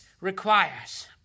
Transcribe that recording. requires